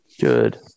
Good